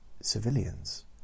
civilians